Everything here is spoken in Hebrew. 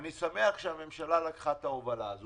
אני שמח שהממשלה לקחה את ההובלה הזו.